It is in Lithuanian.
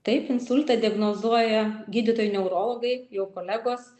taip insultą diagnozuoja gydytojai neurologai jau kolegos